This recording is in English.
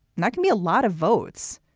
that can be a lot of votes.